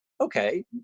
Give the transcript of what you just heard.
Okay